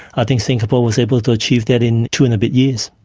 i think singapore was able to achieve that in two and a bit years.